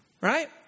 right